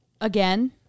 again